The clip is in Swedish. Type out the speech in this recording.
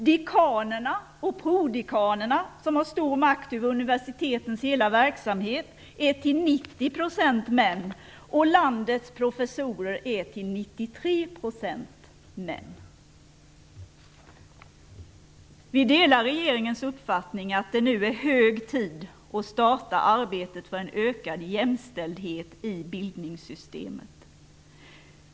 Dekanerna och prodekanerna, som har stor makt över universitetens hela verksamhet är till 90 % män., och landets professorer är till 93 % män. Vi delar regeringens uppfattning att det nu är hög tid att starta arbetet för en ökad jämställdhet i bildningssystemet.